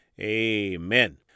Amen